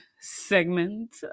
segment